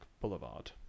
Boulevard